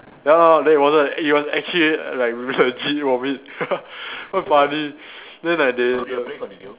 ya lah then it was like it was actually like legit vomit quite funny then like they the